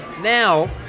Now